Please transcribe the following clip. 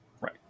right